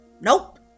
nope